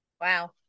Wow